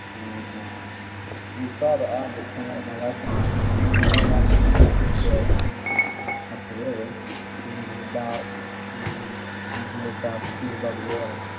and we saw the object coming my wife and i we saw the object coming up this way yeah up the river and it was about maybe nine hundred thousand feet above the water